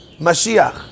Mashiach